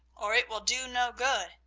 or it will do no good,